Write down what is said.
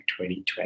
2020